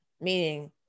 meaning